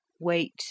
Wait